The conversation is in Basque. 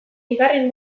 bigarren